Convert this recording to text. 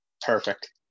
perfect